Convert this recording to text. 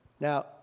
Now